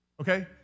okay